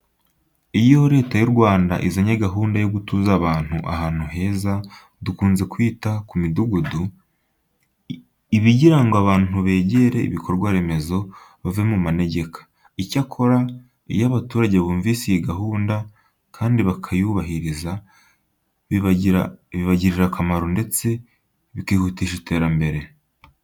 Iyo Leta y'u Rwanda izanye gahunda yo gutuza abantu ahantu heza dukunze kwita ku midugudu, iba igira ngo abantu begere ibikorwa remezo bave mu manegeka. Icyakora, iyo abaturage bumvise iyi gahunda kandi bakayubahiriza bibagirira akamaro, ndetse bikihutisha iterambere.